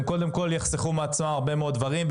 קודם כל יחסכו מעצמם הרבה מאוד דברים,